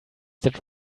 that